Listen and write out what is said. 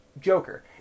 Joker